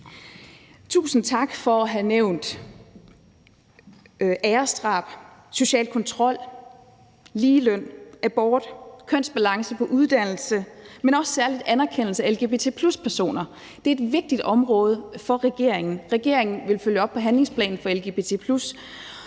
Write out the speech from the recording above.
Tusind tak for at have nævnt æresdrab, social kontrol, ligeløn, abort, kønsbalance på uddannelse, men også særlig anerkendelsen af lgbt+-personer. Det er et vigtigt område for regeringen. Regeringen vil følge op på handlingsplanen for